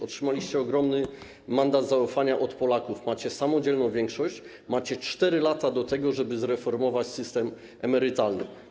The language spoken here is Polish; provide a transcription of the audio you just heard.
Otrzymaliście ogromny mandat zaufania od Polaków - macie samodzielną większość, macie 4 lata, żeby zreformować system emerytalny.